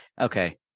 Okay